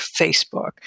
Facebook